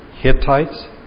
Hittites